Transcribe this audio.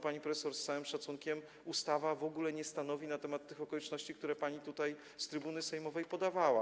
Pani profesor, z całym szacunkiem, ustawa w ogóle nie stanowi na temat tych okoliczności, które pani tutaj z trybuny sejmowej podawała.